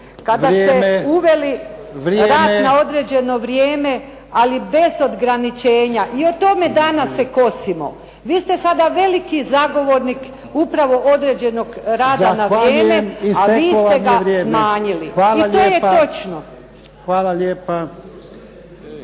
Kada ste uveli rad na određeno vrijeme ali bez ograničenja i o tome danas se kosimo. Vi ste sada veliki zagovornik upravo određenog rada na vrijeme a vi ste ga smanjili i to je točno. **Jarnjak,